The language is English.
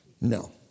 No